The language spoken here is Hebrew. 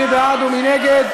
מי בעד ומי נגד?